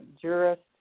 Jurist